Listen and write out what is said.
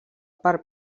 per